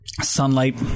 Sunlight